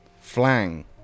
FLANG